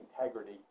integrity